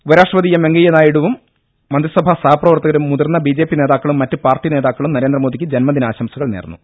ഉപരാഷ്ട്രപതി എം വെങ്കയ്യനായിഡുവും മന്ത്രിസഭാ സഹപ്രവർത്തകരും മുതിർന്ന ബി ജെ പി നേതാക്കളും മറ്റ് പാർട്ടി നേതാക്കളും നരേന്ദ്രമോദിക്ക് ജന്മദിനാശംസകൾ നേർന്നു